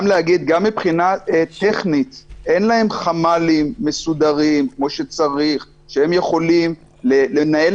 גם אין להם חמ"לים מסודרים שמהם הם יכולים לנהל